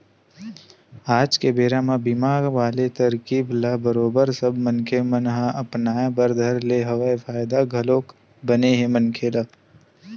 आज के बेरा म बीमा वाले तरकीब ल बरोबर सब मनखे मन ह अपनाय बर धर ले हवय फायदा घलोक बने हे मनखे ल